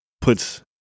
puts –